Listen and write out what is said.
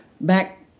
back